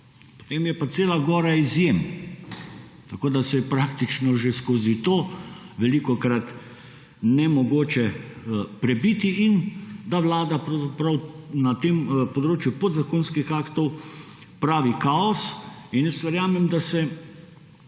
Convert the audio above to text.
Potem je pa cela gora izjem, tako da se je praktično že skozi to velikokrat nemogoče prebiti in da vlada pravzaprav na tem področju podzakonskih aktov pravi kaos. Verjamem, da se